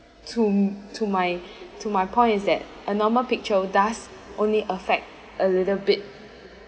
to to my to my point is that a normal picture does only affect a little bit